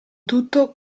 tutto